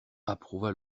approuva